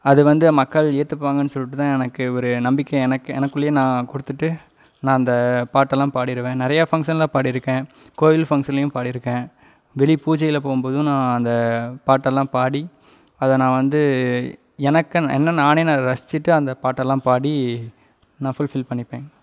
அது வந்து மக்கள் ஏற்றுப்பாங்கன் சொல்லிட்டு தான் எனக்கு ஒரு நம்பிக்கை எனக்கு எனக்குள்ளையே நான் கொடுத்துட்டு நான் அந்த பாட்டெல்லாம் பாடிருவேன் நிறையா ஃபங்க்ஷனில் பாடிருக்கேன் கோவில் ஃபங்க்ஷன்லையும் பாடிருக்கேன் வெளி பூஜையில் போகும்போதும் நான் அந்த பாட்டெல்லாம் பாடி அதை நான் வந்து எனக்குன்னு என்னை நானே நான் ரசிச்சிவிட்டு அந்த பாட்டெல்லாம் பாடி நான் ஃபுல்ஃபில் பண்ணிப்பேன்